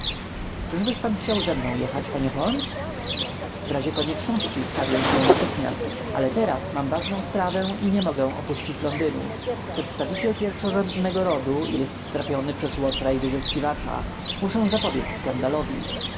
krok czyżbyś pan chciał ze mną jechać panie holmes w razie konieczności stawię się natychmiast ale teraz mam ważną sprawę i nie mogę opuścić londynu przedstawiciel pierwszorzędnego rodu jest trapiony przez łotra i wyzyskiwacza muszę zapobiedz skandalowi może